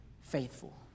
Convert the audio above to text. faithful